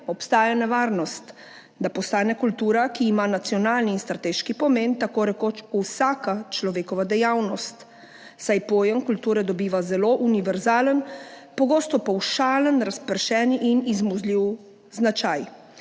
obstaja nevarnost, da postane kultura, ki ima nacionalni in strateški pomen, tako rekoč vsaka človekova dejavnost, saj pojem kulture dobiva zelo univerzalen, pogosto pavšalen, razpršen in izmuzljiv značaj.